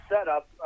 setup